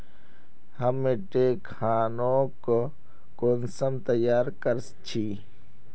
हम मिट्टी खानोक कुंसम तैयार कर छी?